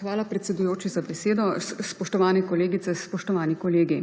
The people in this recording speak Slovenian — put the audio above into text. Hvala, predsedujoči, za besedo. Spoštovane kolegice, spoštovani kolegi!